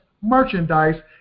merchandise